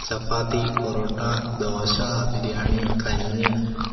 ചപ്പാത്തി പൊറോട്ട ദോശ ബിരിയാണി കഞ്ഞി